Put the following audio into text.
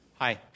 Hi